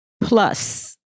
plus